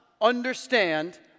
understand